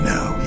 Now